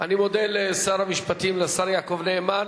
מודה לשר המשפטים, לשר יעקב נאמן.